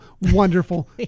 wonderful